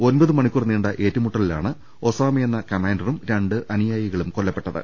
ഒൻപത് മണിക്കൂർ നീണ്ട ഏറ്റുമുട്ടലിലാണ് ഒസാമയെന്ന കമാന്ററും രണ്ട് അനുയായികളും കൊല്ലപ്പെട്ടത്